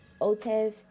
Otev